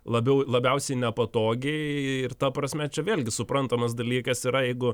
labiau labiausiai nepatogiai ir ta prasme čia vėlgi suprantamas dalykas yra jeigu